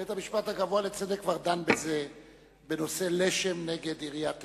בית-המשפט הגבוה לצדק כבר דן בזה בנושא לשם נגד עיריית תל-אביב,